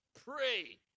Pray